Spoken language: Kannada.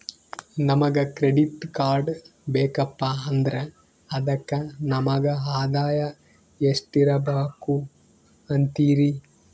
ನಮಗ ಕ್ರೆಡಿಟ್ ಕಾರ್ಡ್ ಬೇಕಪ್ಪ ಅಂದ್ರ ಅದಕ್ಕ ನಮಗ ಆದಾಯ ಎಷ್ಟಿರಬಕು ಅಂತೀರಿ?